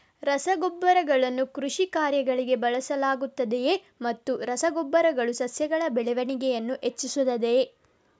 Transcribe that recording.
ರಸಗೊಬ್ಬರಗಳನ್ನು ಕೃಷಿ ಕಾರ್ಯಗಳಿಗೆ ಬಳಸಲಾಗುತ್ತದೆಯೇ ಮತ್ತು ರಸ ಗೊಬ್ಬರಗಳು ಸಸ್ಯಗಳ ಬೆಳವಣಿಗೆಯನ್ನು ಹೆಚ್ಚಿಸುತ್ತದೆಯೇ?